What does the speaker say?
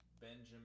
Benjamin